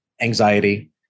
anxiety